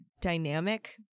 dynamic